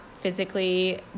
physically